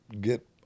get